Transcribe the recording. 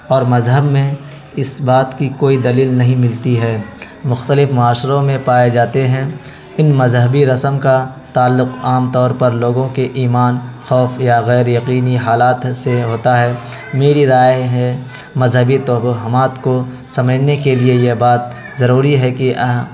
اور مذہب میں اس بات کی کوئی دلیل نہیں ملتی ہے مختلف معاشروں میں پائے جاتے ہیں ان مذہبی رسم کا تعلق عام طور پر لوگوں کے ایمان خوف یا غیر یقینی حالات سے ہوتا ہے میری رائے ہے مذہبی توہمات کو سمجھنے کے لیے یہ بات ضروری ہے کہ